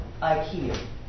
Ikea